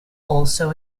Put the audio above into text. also